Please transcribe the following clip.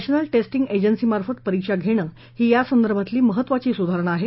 शनल testing एजन्सीमार्फत परीक्षा घेणे ही यासंदर्भातली महत्वाची सुधारणा आहे